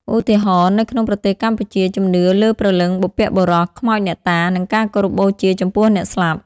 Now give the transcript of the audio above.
ឧទាហរណ៍ នៅក្នុងប្រទេសកម្ពុជា ជំនឿលើព្រលឹងបុព្វបុរស ខ្មោចអ្នកតា និងការគោរពបូជាចំពោះអ្នកស្លាប់។